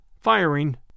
firing